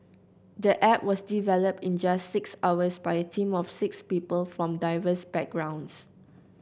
the app was developed in just six hours by a team of six people from diverse backgrounds